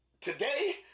Today